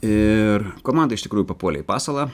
ir komanda iš tikrųjų papuolė į pasalą